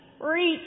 Reach